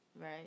right